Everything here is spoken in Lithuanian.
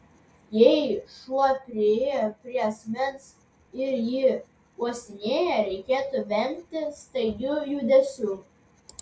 jei šuo priėjo prie asmens ir jį uostinėja reikėtų vengti staigių judesių